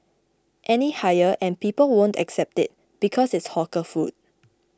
any higher and people won't accept it because it's hawker food